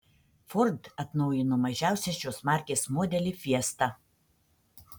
ford atnaujino mažiausią šios markės modelį fiesta